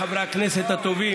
חברי הכנסת הטובים,